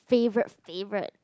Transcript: favorite favorite